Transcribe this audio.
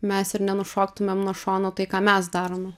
mes ir nenušoktumėm nuo šono tai ką mes darome